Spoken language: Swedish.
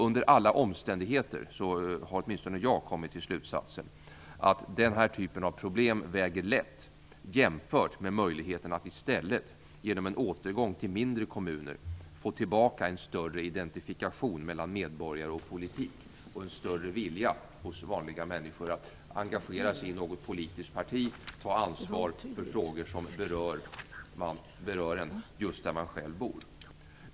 Under alla omständigheter har åtminstone jag kommit till slutsatsen att den här typen av problem väger lätt jämfört med möjligheten att i stället, genom en återgång till mindre kommuner, få tillbaka en större identifikation mellan medborgare och politik och en större vilja hos vanliga människor att engagera sig i något politiskt parti, att ta ansvar för frågor som berör en just där man själv bor.